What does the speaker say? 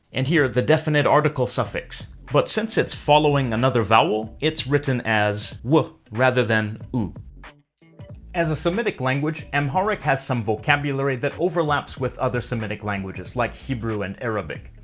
and here the definite article suffix. but since it's following another vowel, it's written as w rather than as a semitic language, amharic has some vocabulary that overlaps with other semitic languages like hebrew and arabic.